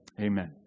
Amen